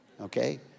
okay